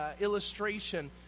illustration